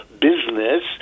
business